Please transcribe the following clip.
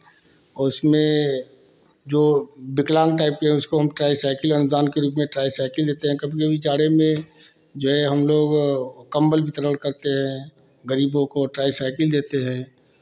उसमें जो विकलांग टाइप के उसको हम ट्राईसाइकल अनजान के रूप में ट्राईसाइकल देते हैं कभी कभी जाड़े में जो है हम लोग कंबल वितरण करते हैं गरीबों को ट्राईसाइकिल देते हैं